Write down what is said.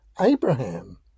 Abraham